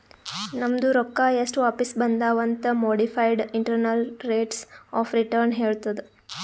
ನಮ್ದು ರೊಕ್ಕಾ ಎಸ್ಟ್ ವಾಪಿಸ್ ಬಂದಾವ್ ಅಂತ್ modified internal rates of return ಹೇಳತ್ತುದ್